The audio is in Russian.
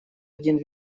один